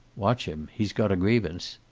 watch him. he's got a grievance.